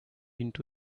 into